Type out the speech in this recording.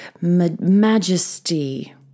majesty